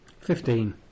Fifteen